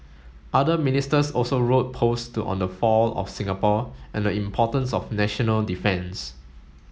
other Ministers also wrote post on the fall of Singapore and the importance of national defence